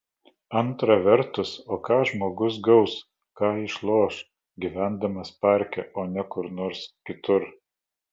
antra vertus o ką žmogus gaus ką išloš gyvendamas parke o ne kur nors kitur